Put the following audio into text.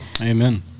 Amen